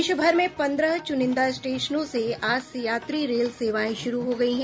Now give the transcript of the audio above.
देश भर में पन्द्रह चुनिंदा स्टेशनों से आज से यात्री रेल सेवाएं शुरु हो गयी हैं